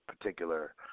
particular